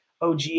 OG